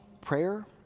Prayer